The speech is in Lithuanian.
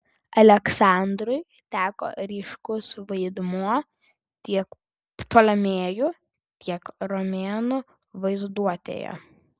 aleksandrui teko ryškus vaidmuo tiek ptolemėjų tiek romėnų vaizduotėje